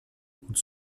und